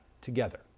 together